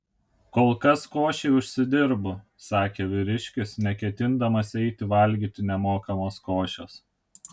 kol kas košei užsidirbu sakė vyriškis neketindamas eiti valgyti nemokamos košės